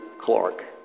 Clark